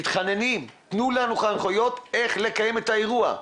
מתחננים, תנו לנו הנחיות איך לקיים את האירוע.